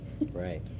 right